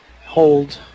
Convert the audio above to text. Hold